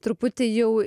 truputį jau